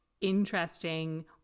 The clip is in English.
interesting